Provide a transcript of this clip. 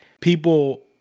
people